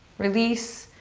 release,